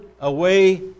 away